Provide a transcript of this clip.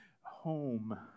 home